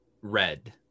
red